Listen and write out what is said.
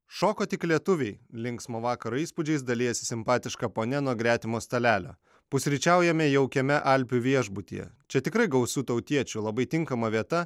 šoka tik lietuviai linksmo vakaro įspūdžiais dalijasi simpatiška ponia nuo gretimo stalelio pusryčiaujame jaukiame alpių viešbutyje čia tikrai gausu tautiečių labai tinkama vieta